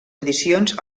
edicions